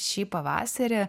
šį pavasarį